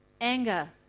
anger